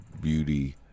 beauty